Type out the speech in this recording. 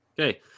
Okay